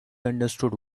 understood